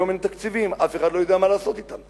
היום אין תקציבים, אף אחד לא יודע מה לעשות אתם.